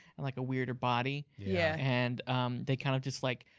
and like a weirder body. yeah and they kind of just like,